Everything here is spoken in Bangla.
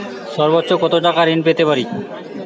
সর্বোচ্চ কত টাকা ঋণ পেতে পারি?